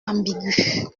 ambigu